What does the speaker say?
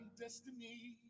destiny